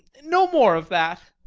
no more of that.